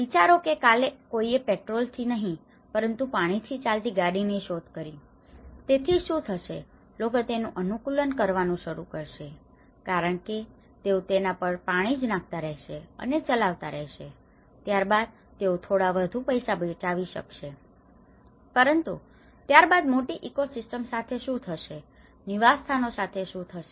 વિચારો કે કાલે કોઈએ પેટ્રોલ થી નહિ પરંતુ પાણી થી ચાલતી ગાડી ની શોધ કરી તેથી શું થશે લોકો તેનું અનુકૂલન કરવાનું શરુ કરશે કારણ કે તેઓ તેના પરજ પાણી નાખતા રહેશે અને ચલાવતા રહેશે ત્યારબાદ તેઓ થોડા વધુ પૈસા બચાવી શકશે પરંતુ ત્યરબાદ મોટી ઈકોસીસ્ટમ સાથે શું થશે નિવાસસ્થાનો સાથે શું થશે